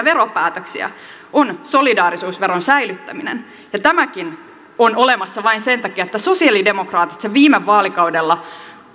veropäätöksiä on solidaarisuusveron säilyttäminen ja tämäkin on olemassa vain sen takia että sosialidemokraatit sen viime vaalikaudella